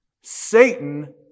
Satan